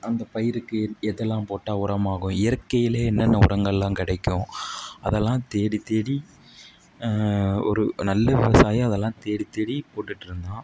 அந்த பயிருக்கு எதெல்லாம் போட்டால் உரமாகும் இயற்கையில் என்னென்ன உரங்களெலாம் கிடைக்கும் அதெல்லாம் தேடி தேடி ஒரு நல்ல விவசாயி அதெல்லாம் தேடி தேடி போட்டுட்டிருந்தான்